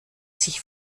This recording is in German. sich